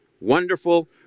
Wonderful